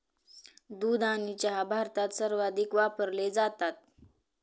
दूध आणि चहा भारतात सर्वाधिक वापरले जातात